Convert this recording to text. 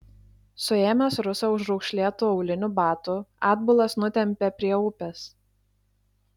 suėmęs rusą už raukšlėtų aulinių batų atbulas nutempė prie upės